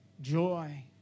joy